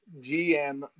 GM